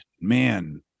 man